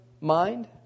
mind